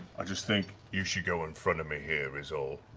i just think you should go in front of me here, is all.